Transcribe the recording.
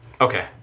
Okay